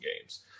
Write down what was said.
games